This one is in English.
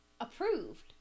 approved